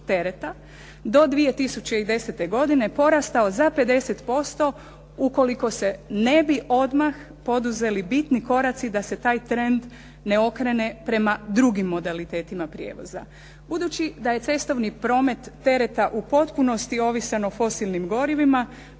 do 2010. godine porastao za 50% ukoliko se ne bi odmah poduzeli bitni koraci da se taj trend ne okrene prema drugim modalitetima prijevoza. Budući da je cestovni promet tereta u potpunosti ovisan o fosilnim gorivima